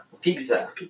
Pizza